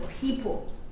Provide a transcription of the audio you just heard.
people